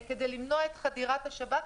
כדי למנוע את חדירת השב"חים.